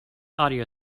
audio